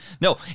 No